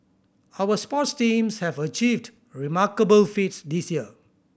our sports teams have achieved remarkable feats this year